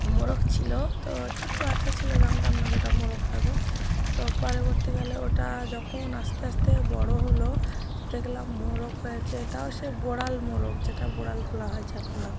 মোরগ ছিল তো ছোট বাচ্চা ছিল জানতাম না যে এটা মোরক হবে তো পরবর্তীকালে ওটা যখন আস্তে আস্তে বড় হলো তো দেখলাম মোরক হয়েছে তাও সে বোড়াল মোরগ যেটা বোড়াল বলা হয় যাকে